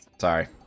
Sorry